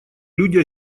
люди